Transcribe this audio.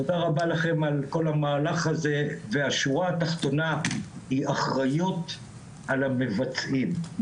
תודה רבה לכם על כל המהלך הזה והשורה התחתונה היא אחריות על המבצעים,